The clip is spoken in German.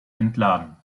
entladen